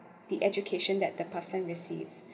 the education that the person receives